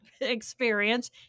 experience